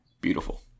beautiful